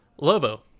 Lobo